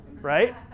right